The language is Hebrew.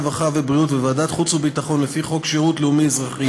הרווחה והבריאות וועדת החוץ והביטחון לפי חוק שירות לאומי-אזרחי,